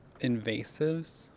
invasives